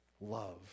love